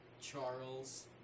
Charles